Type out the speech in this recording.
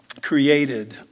created